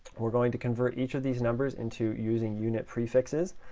we're going to convert each of these numbers into using unit prefixes.